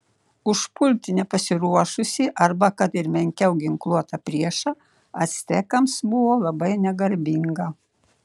užpulti nepasiruošusį arba kad ir menkiau ginkluotą priešą actekams buvo labai negarbinga